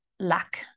lack